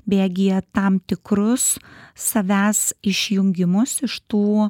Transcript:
bėgyje tam tikrus savęs išjungimus iš tų